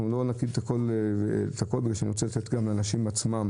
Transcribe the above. לא נקיף הכול בגלל שאני רוצה לתת גם לאנשים עצמם